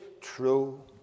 true